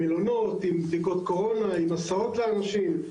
מלונות, עם בדיקות קורונה, עם הסעות לאנשים.